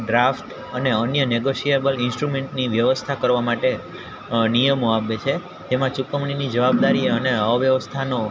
draft અને અન્ય negotiable ઇન્સ્ટ્રુમેન્ટની વ્યવસ્થા કરવા માટે નિયમો આપે છે એમાં ચૂકવણીની જવાબદારી અને અવ્યવસ્થાનો